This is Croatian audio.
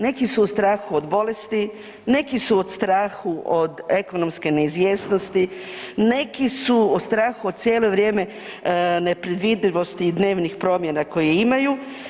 Neki su u strahu od bolesti, neki su u strahu od ekonomske neizvjesnosti, neki su u strahu od cijelo vrijeme nepredvidivosti dnevnih promjena koje imaju.